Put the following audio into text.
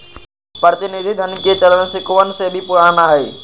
प्रतिनिधि धन के चलन सिक्कवन से भी पुराना हई